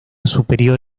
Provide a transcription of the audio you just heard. superior